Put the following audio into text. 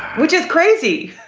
which is crazy.